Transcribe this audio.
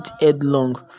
headlong